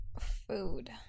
food